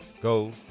go